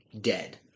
dead